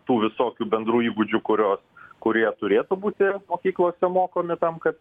tų visokių bendrų įgūdžių kurios kurie turėtų būti mokyklose mokomi tam kad